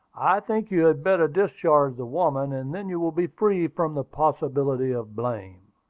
i think you had better discharge the woman, and then you will be free from the possibility of blame.